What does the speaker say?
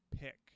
pick